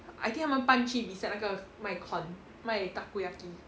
I think 他们搬去 beside 那个卖 corn 卖 takoyaki